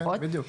בדיוק.